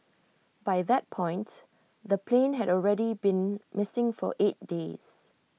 by that point the plane had already been missing for eight days